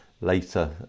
later